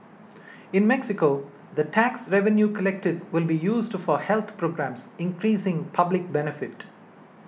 in Mexico the tax revenue collected will be used for health programmes increasing public benefit